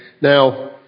Now